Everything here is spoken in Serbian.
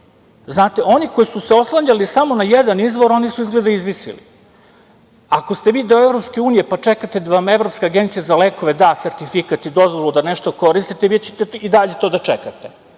oni koji su se oslanjali samo na jedan izvor oni su izgleda izvisili. Ako ste vi deo EU pa čekate da vam Evropska agencija za lekove da sertifikat i dozvolu da nešto koristite, vi ćete i dalje to da čekate,